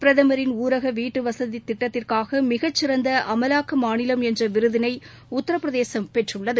பிரதமரின் ஊரகவீட்டவசதிதிட்டத்திற்காகமிகச்சிறந்தஅமலாக்கமாநிலம் என்றவிருதினைஉத்திரபிரதேசம் பெற்றுள்ளது